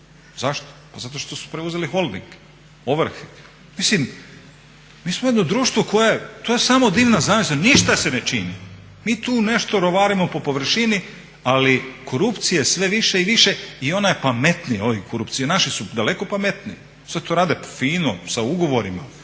Zašto? Pa zato što su preuzeli Holding, ovrhe. Mislim mi smo jedno društvo koje, to je samo dimna zavjesa, nište se ne čini, mi tu nešto rovarimo po površini ali korupcije je sve više i više i ona je pametnija ova korupcija, naši su daleko pametniji, sve to rade fino sa ugovorima,